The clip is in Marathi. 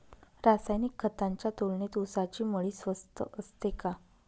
रासायनिक खतांच्या तुलनेत ऊसाची मळी स्वस्त असते का?